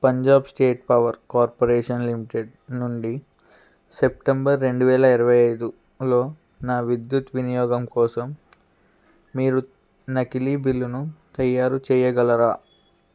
Punjab state power corporation limited నుండి September రెండు వేల ఇరవై ఐదులో నా విద్యుత్ వినియోగం కోసం మీరు నకిలీ బిల్లును తయారు చేయగలరా